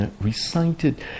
recited